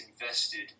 invested